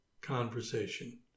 conversation